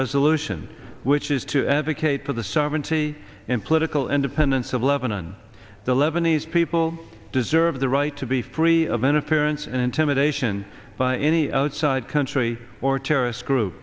resolution which is to advocate for the sovereignty and political independence of lebanon the lebanese people deserve the right to be free of interference and intimidation by any outside country or terrorist group